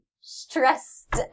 stressed